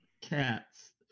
cats